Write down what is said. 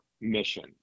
mission